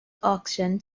auction